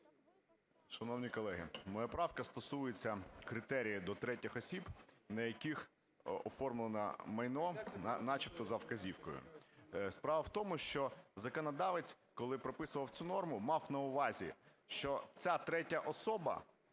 Шановні колеги, моя правка стосується критерію до третіх осіб, на яких оформлено майно на начебто за вказівкою. Справа в тому, що законодавець, коли прописував цю норму, мав на увазі, що ця третя особа